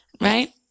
Right